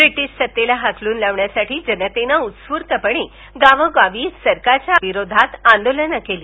British सत्तेला हाकलून लावण्यासाठी जनतेनं उत्स्फूर्तपणे गावोगावी सरकारच्या विरोधात आंदोलनं केली